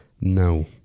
No